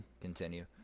continue